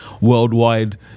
worldwide